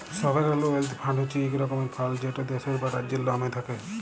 sovereign wealth fund হছে ইক রকমের ফাল্ড যেট দ্যাশের বা রাজ্যের লামে থ্যাকে